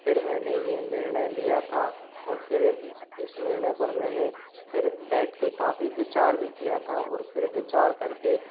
फिर मैंने ये निर्णय लिया था और फिर इस निर्णय पर मैंने फिर बैठ कर काफ़ी विचार भी किया था और फिर विचार कर के